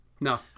No